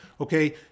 okay